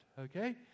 Okay